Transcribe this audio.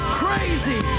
crazy